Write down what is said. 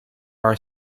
are